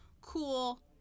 cool